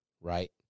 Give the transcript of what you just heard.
right